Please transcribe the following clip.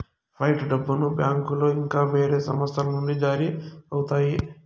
fight డబ్బును బ్యాంకులో ఇంకా వేరే సంస్థల నుండి జారీ అవుతాయి